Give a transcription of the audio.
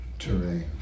Terrain